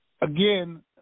again